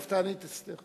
ערב תענית אסתר.